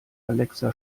alexa